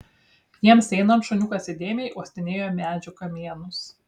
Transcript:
jiems einant šuniukas įdėmiai uostinėjo medžių kamienus